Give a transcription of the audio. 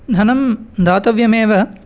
धनं दातव्यमेव